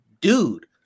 dude